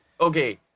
Okay